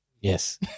Yes